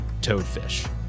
Toadfish